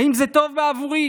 האם זה טוב בעבורי?